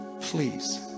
please